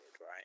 right